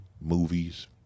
movies